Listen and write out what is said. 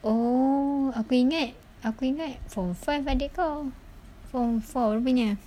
oh aku ingat aku ingat form five adik kau form four rupanya